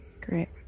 great